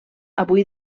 avui